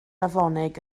afonig